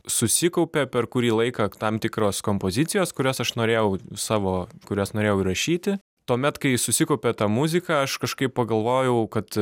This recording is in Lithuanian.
susikaupė per kurį laiką tam tikros kompozicijos kurias aš norėjau savo kurias norėjau įrašyti tuomet kai susikaupė ta muzika aš kažkaip pagalvojau kad